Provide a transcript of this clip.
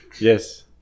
Yes